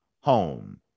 home